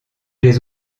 les